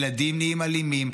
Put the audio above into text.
ילדים נהיים אלימים,